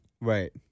Right